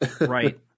Right